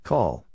Call